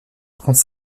trente